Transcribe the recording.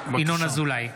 (קורא בשם חבר הכנסת) ינון אזולאי,